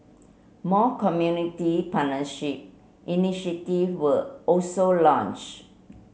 more community partnership initiative were also launched